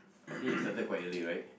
I think we started quite early right